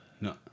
No